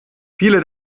viele